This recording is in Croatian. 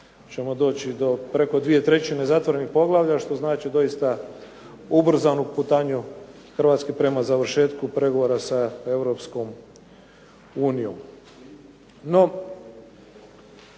ćemo doći do preko 2/3 zatvorenih poglavlja što znači doista ubrzanu putanju Hrvatske prema završetku pregovora sa Europskom unijom.